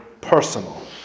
personal